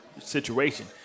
situation